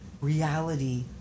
reality